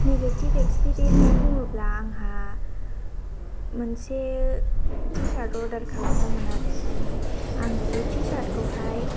negative experience बुङोब्ला आंहा मोनसे टि चार्ट अर्डार खालामदोंमोन आरो माने आङो बे टि चार्ट खौहाय